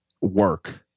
work